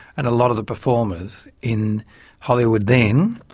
and a lot of the performers in hollywood then,